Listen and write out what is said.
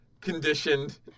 Conditioned